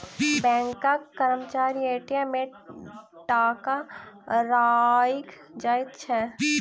बैंकक कर्मचारी ए.टी.एम मे टाका राइख जाइत छै